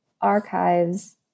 archives